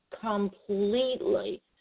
completely